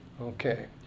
Okay